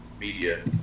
media